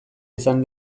izan